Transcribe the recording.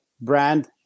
brand